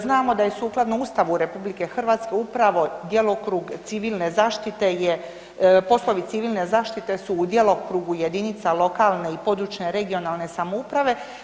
Znamo da je sukladno Ustavu RH upravo djelokrug civilne zaštite je, poslovi civilne zaštite su u djelokrugu jedinica lokalne i područne (regionalne) samouprave.